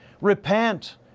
Repent